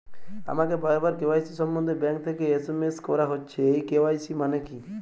আমাকে বারবার কে.ওয়াই.সি সম্বন্ধে ব্যাংক থেকে এস.এম.এস করা হচ্ছে এই কে.ওয়াই.সি মানে কী?